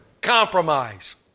compromise